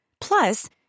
Plus